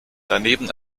daneben